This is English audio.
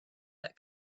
that